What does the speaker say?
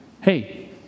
Hey